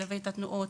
שתלווה את התנועות